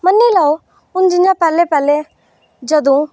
मन्नी लैओ हून जि'यां पैह्लें पैह्लें जदूं